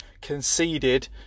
conceded